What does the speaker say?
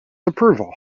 approval